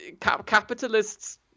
Capitalists